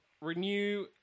Renew